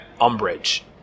umbrage